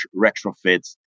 retrofits